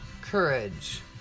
courage